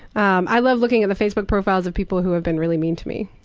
um i love looking at the facebook profiles of people who have been really mean to me.